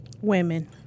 Women